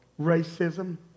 racism